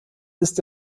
ist